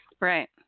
Right